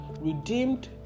redeemed